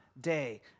day